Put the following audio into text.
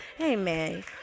Amen